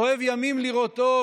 אֹהֵב ימים לראות טוב.